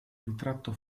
ritratto